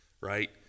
right